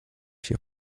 się